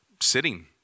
sitting